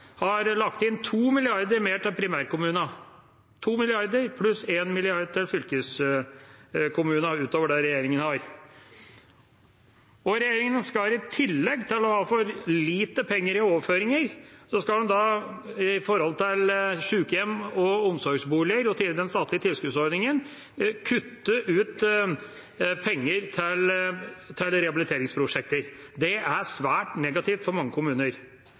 Arbeiderpartiet lagt inn 2 mrd. kr mer til primærkommunene – 2 mrd. kr – pluss 1 mrd. til fylkeskommunene utover det regjeringa har. I tillegg til å ha for lite penger i overføringer til sykehjem, omsorgsboliger og den statlige tilskuddsordningen skal regjeringa kutte ut penger til rehabiliteringsprosjekter. Det er svært negativt for mange kommuner.